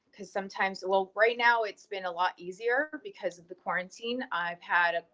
cause sometimes well, right now, it's been a lot easier because of the quarantine. i've had ah